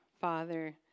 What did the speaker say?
father